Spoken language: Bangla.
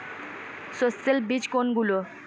সস্যল বীজ কোনগুলো?